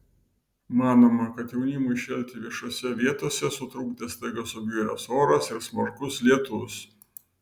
manoma kad jaunimui šėlti viešose vietose sutrukdė staiga subjuręs oras ir smarkus lietus